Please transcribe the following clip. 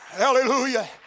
Hallelujah